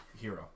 Hero